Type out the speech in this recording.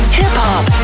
hip-hop